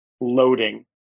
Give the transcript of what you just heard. loading